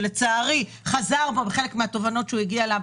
שלצערי חזר בו מחלק מהתובנות שהוא הגיע אליהן,